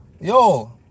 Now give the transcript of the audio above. Yo